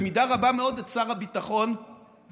או במידה רבה מאוד, את שר הביטחון גנץ.